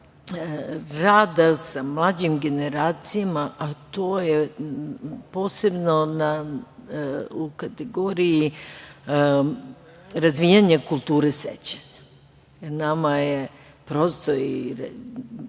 rad sa mlađim generacijama, to je posebno u kategoriji razvijanja kulture sećanja. Nama je pre svega,